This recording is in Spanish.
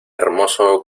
hermoso